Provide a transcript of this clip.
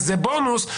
זה בונוס,